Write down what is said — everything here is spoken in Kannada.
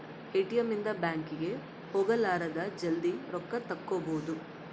ಎ.ಟಿ.ಎಮ್ ಇಂದ ಬ್ಯಾಂಕ್ ಗೆ ಹೋಗಲಾರದ ಜಲ್ದೀ ರೊಕ್ಕ ತೆಕ್ಕೊಬೋದು